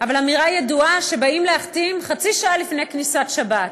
אבל יש אמירה ידועה שבאים להחתים חצי שעה לפני כניסת שבת,